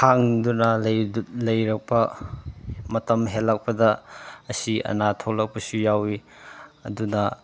ꯈꯥꯡꯗꯨꯅ ꯂꯩꯔꯛꯄ ꯃꯇꯝ ꯍꯦꯜꯂꯛꯄꯗ ꯑꯁꯤ ꯑꯅꯥ ꯊꯣꯛꯂꯛꯄꯁꯨ ꯌꯥꯎꯏ ꯑꯗꯨꯅ